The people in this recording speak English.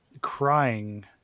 crying